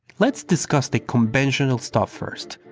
let's discuss the conventional stuff first.